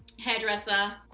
hairdresser.